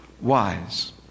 wise